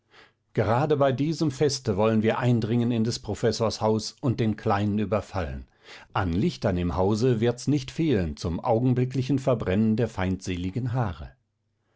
gerade bei diesem feste wollen wir eindringen in des professors haus und den kleinen überfallen an lichtern im saal wird's nicht fehlen zum augenblicklichen verbrennen der feindseligen haare